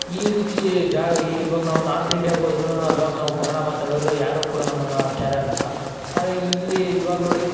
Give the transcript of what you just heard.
ಈ ರೀತಿ ಜ ಇವಾಗ ನಾವು ನಾರ್ತ್ ಇಂಡಿಯಾಗೆ ಹೋದ್ರೂ ಅಲ್ಲೋಗಿ ನಾವು ಕನ್ನಡ ಮಾತಾಡಿದ್ರೆ ಯಾರೂ ಕೂಡ ನಮ್ಮನ್ನ ಕ್ಯಾರೇ ಅನ್ನೋಲ್ಲ ಆದ್ರೆ ಇಲ್ಲಿ ಇವಾಗ ನೋಡಿ